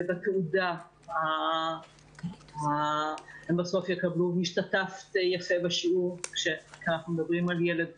בתעודה הם יקבלו השתתפתְ יפה בשיעור כך מדברים על ילד טרנס,